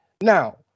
Now